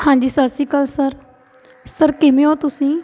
ਹਾਂਜੀ ਸਤਿ ਸ਼੍ਰੀ ਅਕਾਲ ਸਰ ਸਰ ਕਿਵੇਂ ਹੋ ਤੁਸੀਂ